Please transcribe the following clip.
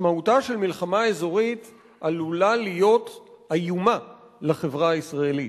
משמעותה של מלחמה אזורית עלולה להיות איומה לחברה הישראלית.